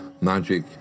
Magic